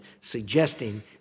suggesting